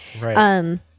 Right